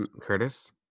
Curtis